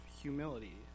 humility